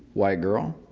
white girl.